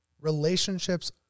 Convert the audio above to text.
relationships